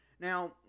Now